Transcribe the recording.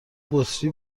بطری